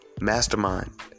Mastermind